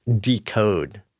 decode